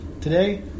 today